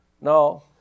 No